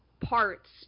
parts